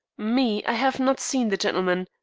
me, i have not seen the gentleman,